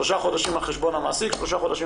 שלושה חודשים על חשבון המעסיק ושלושה חודשים